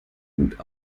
gut